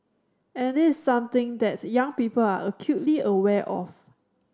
and this is something that young people are acutely aware of